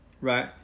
Right